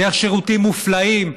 דרך שירותים מופלאים,